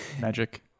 magic